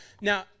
Now